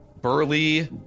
Burley